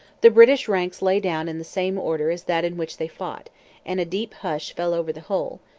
the british ranks lay down in the same order as that in which they fought and a deep hush fell over the whole,